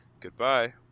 Goodbye